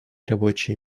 рабочие